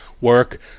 work